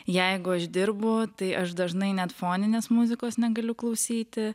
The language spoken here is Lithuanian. jeigu aš dirbu tai aš dažnai net foninės muzikos negaliu klausyti